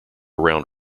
round